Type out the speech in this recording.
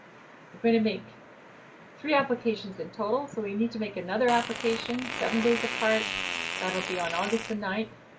we're going to make three applications in total so we need to make another application seven days apart that'll be on august the ninth.